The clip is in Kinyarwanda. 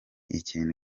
ikintu